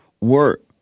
work